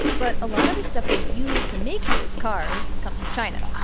but a lot of the stuff they use to make those cars comes from china.